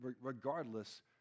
regardless